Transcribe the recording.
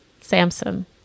samson